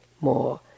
more